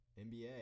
NBA